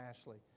Ashley